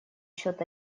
счет